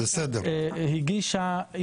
בית ג'אן הגישה.